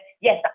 Yes